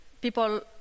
people